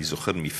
אני זוכר מפעל,